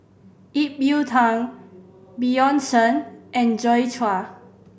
Ip Yiu Tung Bjorn Shen and Joi Chua